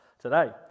today